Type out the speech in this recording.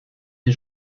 des